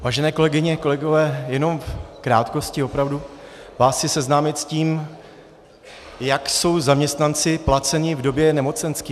Vážené kolegyně, kolegové, jenom v krátkosti opravdu vás chci seznámit s tím, jak jsou zaměstnanci placeni v době nemocenské.